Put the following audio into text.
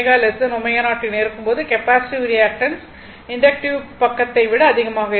ω ω0 என இருக்கும்போது capacitive reactance inductive பக்கத்தை விட அதிகமாக இருக்கும்